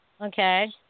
okay